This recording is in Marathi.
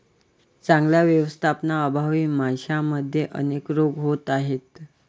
चांगल्या व्यवस्थापनाअभावी माशांमध्ये अनेक रोग होत आहेत